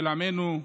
של עמנו,